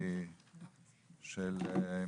שלום לכולם,